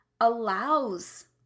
allows